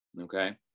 Okay